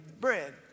bread